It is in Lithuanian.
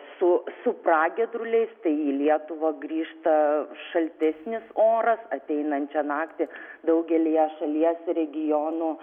su su pragiedruliais tai į lietuvą grįžta šaltesnis oras ateinančią naktį daugelyje šalies regionų